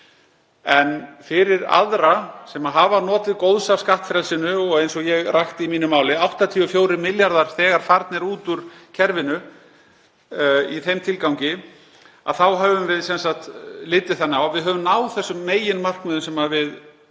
En fyrir aðra sem hafa notið góðs af skattfrelsinu — eins og ég rakti í mínu máli eru 84 milljarðar þegar farnir út úr kerfinu í þeim tilgangi — höfum við litið þannig á að við höfum náð þeim meginmarkmiðum sem við